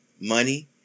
money